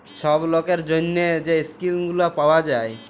ছব লকের জ্যনহে যে ইস্কিম গুলা পাউয়া যায়